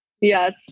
Yes